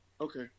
Okay